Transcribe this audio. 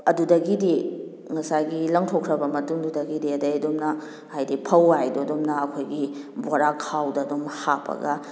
ꯑꯗꯨꯗꯒꯤꯗꯤ ꯉꯁꯥꯏꯒꯤ ꯂꯪꯊꯣꯛꯈ꯭ꯔꯕ ꯃꯇꯨꯡꯗꯨꯗꯒꯤꯗꯤ ꯑꯗꯨꯗ ꯑꯗꯨꯝꯅ ꯍꯥꯏꯕꯗꯤ ꯐꯧ ꯍꯥꯏꯗꯨ ꯑꯗꯨꯝꯅ ꯑꯩꯈꯣꯏꯒꯤ ꯕꯣꯔꯥ ꯈꯥꯎꯗ ꯑꯗꯨꯝ ꯍꯥꯞꯄꯒ